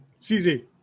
CZ